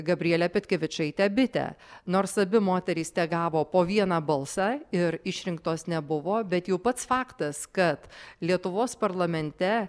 gabrielę petkevičaitę bitę nors abi moterys tegavo po vieną balsą ir išrinktos nebuvo bet jau pats faktas kad lietuvos parlamente